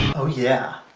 oh yeah,